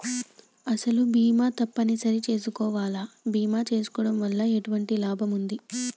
అసలు బీమా తప్పని సరి చేసుకోవాలా? బీమా చేసుకోవడం వల్ల ఎటువంటి లాభం ఉంటది?